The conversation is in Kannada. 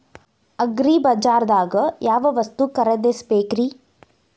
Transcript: ಅಗ್ರಿಬಜಾರ್ದಾಗ್ ಯಾವ ವಸ್ತು ಖರೇದಿಸಬೇಕ್ರಿ?